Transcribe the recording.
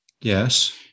Yes